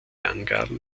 angaben